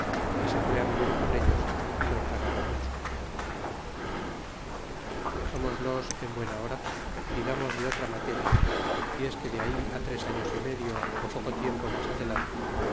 e se fue á vivir con ellos e los regaló mucho dexemoslos en buena hora y digamos de otra materia y es que de ahí á tres años y medio poco tiempo mas adelante